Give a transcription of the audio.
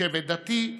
שבט דתי,